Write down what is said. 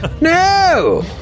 No